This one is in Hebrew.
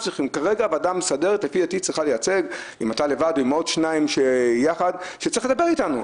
כרגע הוועדה המסדרת צריכה לייצג אותנו ולומר שצריך לדבר איתנו.